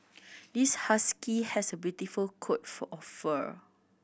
this husky has a beautiful coat for of fur